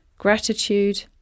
Gratitude